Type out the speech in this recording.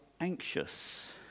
anxious